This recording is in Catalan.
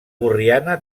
borriana